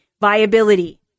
viability